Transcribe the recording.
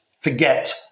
forget